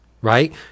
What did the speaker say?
right